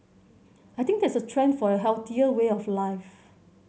I think there's a trend for a healthier way of life